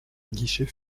guichet